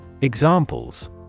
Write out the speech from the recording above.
Examples